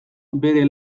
bere